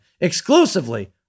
exclusively